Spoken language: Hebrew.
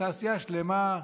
תעשייה שלמה,